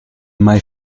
mai